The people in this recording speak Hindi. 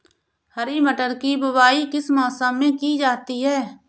हरी मटर की बुवाई किस मौसम में की जाती है?